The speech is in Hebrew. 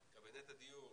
קבינט הדיור,